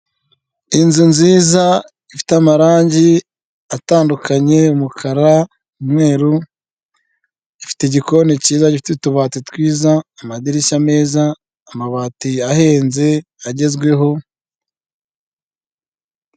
Mu Rwanda umugi mukuru wa Kigali wasohoye imodoka nziza ku isoko yakozwe mu mwaka w'ibihumbi bibiri na makumyabiri na kane, ikaba igurishirijwe ku giciro cy'amafaranga miliyoni mirongo itatu na zirindwi y'amanyarwanda.